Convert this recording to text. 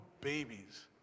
babies